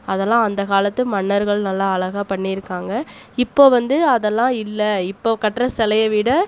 அதெல்லாம் அந்த காலத்து மன்னர்கள் நல்லா அழகாக பண்ணிருக்காங்க இப்போ வந்து அதெல்லாம் இல்லை இப்போ கட்டுற சேலைய விட